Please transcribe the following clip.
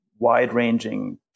wide-ranging